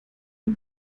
ihm